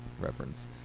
reference